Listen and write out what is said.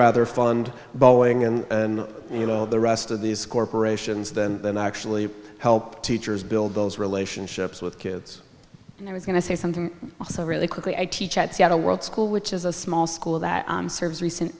rather fund boeing and you know the rest of these corporations than than actually help teachers build those relationships with kids and i was going to say something also really quickly i teach at seattle world school which is a small school that serves recent